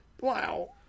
wow